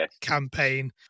campaign